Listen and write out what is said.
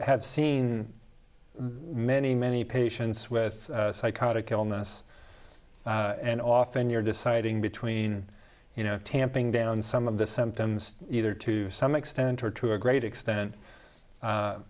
have seen many many patients with psychotic illness and often you're deciding between you know tamping down some of the symptoms either to some extent or to a great extent